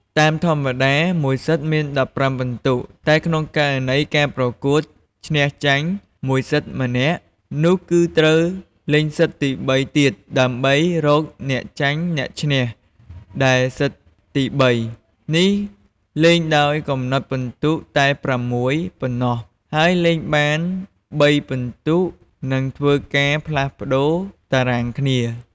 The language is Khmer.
តាមធម្មតាមួយសិតមាន ១៥ពិន្ទុតែក្នុងករណីការប្រកួតឈ្នះ-ចាញ់មួយសិតម្នាក់នោះគឺត្រូវ លេងសិតទី ៣ ទៀតដើម្បីរកអ្នកចាញ់អ្នកឈ្នះដែលសិតទី ៣ នេះលេងដោយកំណត់ពិន្ទុតែ៦ ប៉ុណ្ណោះហើយលេងបាន ៣ ពិន្ទុនឹងធ្វើការផ្លាស់ប្ដូរតារាងគ្នា ។